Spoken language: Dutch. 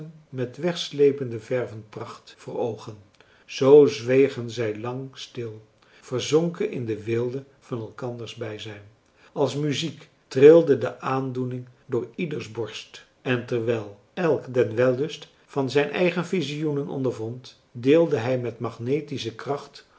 met wegslepende vervenpracht voor oogen zoo zwegen zij lang stil verzonken in de weelde van elkanders bijzijn als muziek trilde de aandoening door ieders borst en terwijl elk den wellust van zijn eigen visioenen ondervond deelde hij met magnetische kracht